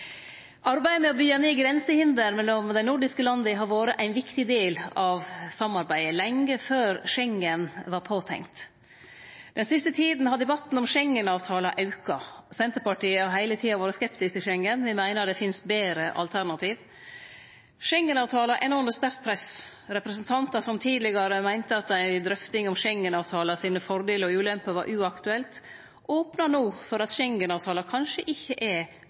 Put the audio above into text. Arbeidet med å byggje ned grensehinder mellom dei nordiske landa har vore ein viktig del av samarbeidet lenge før Schengen var påtenkt. Den siste tida har debatten om Schengen-avtalen auka. Senterpartiet har heile tida vore skeptisk til Schengen. Me meiner det finst betre alternativ. Schengen-avtalen er no under sterkt press. Representantar som tidlegare meinte at ei drøfting om Schengen-avtalen sine fordelar og ulemper var uaktuelt, opnar no for at Schengen-avtalen kanskje ikkje er